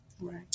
Right